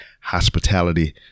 hospitality